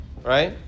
Right